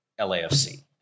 LAFC